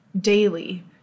daily